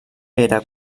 era